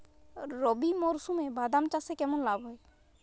রবি মরশুমে বাদাম চাষে কেমন লাভ হয়?